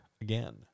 again